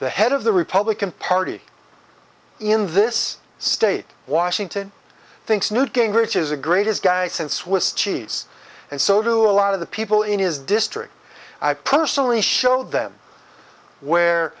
the head of the republican party in this state washington thinks newt gingrich is a great his guy since with cheese and so do a lot of the people in his district i personally show them where